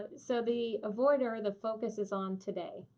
but so the avoider, the focus is on today.